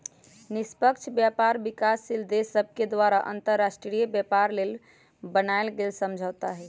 निष्पक्ष व्यापार विकासशील देश सभके द्वारा अंतर्राष्ट्रीय व्यापार लेल बनायल गेल समझौता हइ